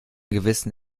gewissen